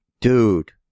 Dude